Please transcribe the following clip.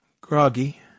Groggy